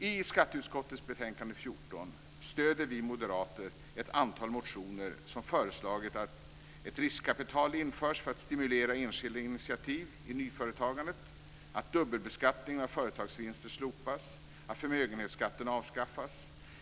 I skatteutskottets betänkande 14 stöder vi moderater ett antal motioner som föreslagit att ett riskkapitalavdrag införs för att stimulera enskilda initiativ i nyföretagandet, att dubbelbeskattningen av företagsvinster slopas och att förmögenhetsskatten avskaffas.